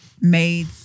made